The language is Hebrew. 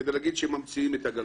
כדי לומר שממציאים את הגלגל.